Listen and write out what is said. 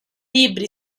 libri